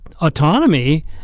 autonomy